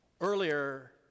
earlier